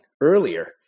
earlier